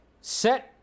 set